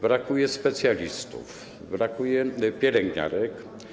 Brakuje specjalistów, brakuje pielęgniarek.